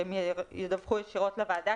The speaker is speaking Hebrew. שהם ידווחו ישירות לוועדה,